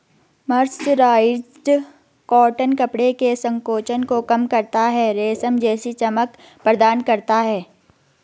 mercerised cotton कपड़े के संकोचन को कम करता है, रेशम जैसी चमक प्रदान करता है